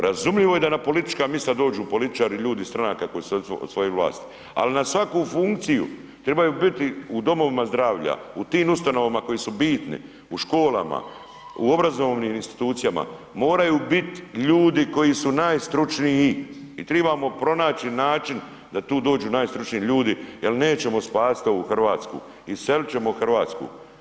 Razumljivo je da na politička mista dođu političari, ljudi iz stranaka koji su osvojili vlast, ali na svaku funkciju trebaju biti u domovima zdravlja u tim ustanovama koje su bitne, u školama, u obrazovnim institucijama moraju biti ljudi koji su najstručniji i tribamo pronaći način da tu dođu najstručniji ljudi jel nećemo spasiti ovu Hrvatsku, iselit ćemo Hrvatsku.